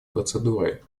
процедурой